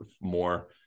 more